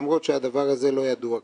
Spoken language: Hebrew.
למרות שהדבר הזה לא ידוע כיום.